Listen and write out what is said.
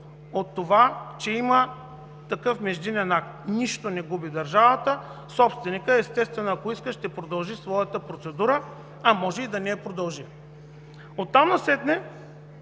от това, че има такъв междинен акт? Нищо не губи държавата. Собственикът естествено, ако иска, ще продължи своята процедура, а може и да не я продължи. Оттам насетне